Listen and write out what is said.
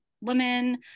women